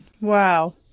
Wow